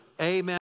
amen